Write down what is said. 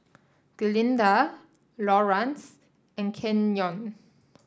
Glinda Laurance and Kenyon